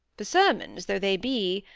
for sermons though they be,